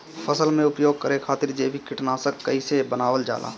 फसल में उपयोग करे खातिर जैविक कीटनाशक कइसे बनावल जाला?